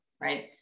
right